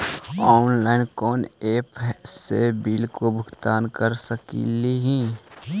Online कोन app से bill के भुगतान कर सकली ही?